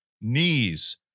knees